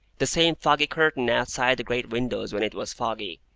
the same foggy curtain outside the great windows when it was foggy,